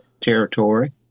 territory